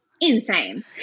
insane